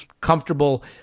comfortable